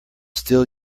still